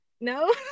No